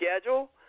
schedule